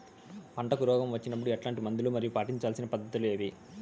పంటకు రోగం వచ్చినప్పుడు ఎట్లాంటి మందులు మరియు పాటించాల్సిన పద్ధతులు ఏవి?